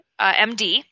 MD